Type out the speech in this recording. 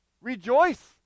rejoice